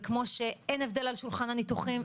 וכמו שאין הבדל על שולחן הניתוחים,